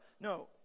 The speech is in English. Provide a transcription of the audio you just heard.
no